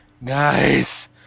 Nice